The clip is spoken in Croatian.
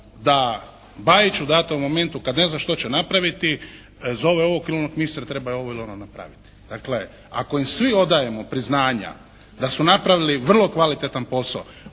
da Bajić u datom momentu kad ne zna što će napraviti zove ovog ili onog ministra treba ovo ili ono napraviti. Dakle, ako im svi odajemo priznanja da su napravili vrlo kvalitetan posao